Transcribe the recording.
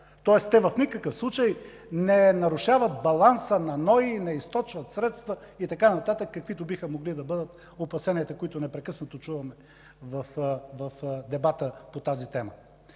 тоест те в никакъв случай не нарушават баланса на НОИ, не източват средства и така нататък, каквито биха могли да бъдат опасенията, които непрекъснато чуваме в дебата по тази тема.